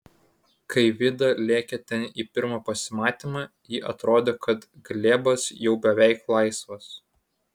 kai vida lėkė ten į pirmą pasimatymą jai atrodė kad glėbas jau beveik laisvas